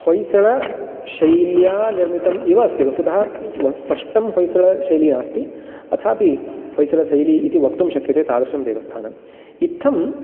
होयसलशैल्या निर्मितम् इव अस्ति वस्तुतः स्पष्टं होयसलशैली नास्ति अथापि होयसलशैली इति वक्तुं शक्यते तादृशं देवस्थानम् इत्थम्